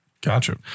gotcha